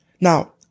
Now